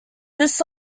this